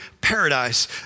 paradise